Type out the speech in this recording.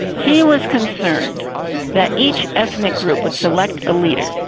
he was concerned that each ethnic group would select a leader,